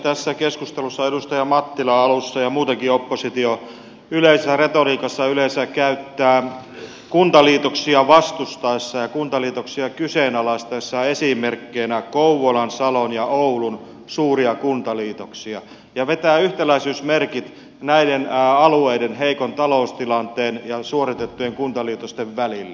tässä keskustelussa edustaja mattila alussa ja muutenkin oppositio yleisessä retoriikassa ja yleensä käyttää kuntaliitoksia vastustaessaan ja kuntaliitoksia kyseenalaistaessaan esimerkkeinä kouvolan salon ja oulun suuria kuntaliitoksia ja vetää yhtäläisyysmerkit näiden alueiden heikon taloustilanteen ja suoritettujen kuntaliitosten välille